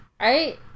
Right